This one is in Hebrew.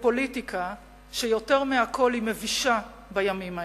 בפוליטיקה שיותר מהכול מבישה בימים האלה.